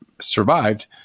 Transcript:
survived